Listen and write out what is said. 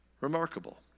remarkable